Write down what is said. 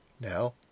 Now